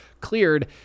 cleared